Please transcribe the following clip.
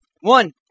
One